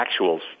actuals